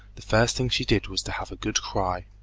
the first thing she did was to have a good cry.